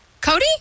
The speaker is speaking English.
Cody